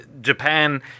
Japan